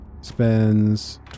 Spends